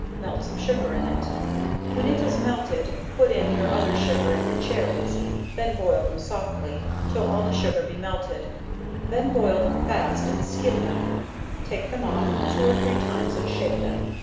melt some sugar in it when it is melted, put in your other sugar and your cherries then boil them softly, till all the sugar be melted then boil them fast, and skim them take them off two or three times and shake them,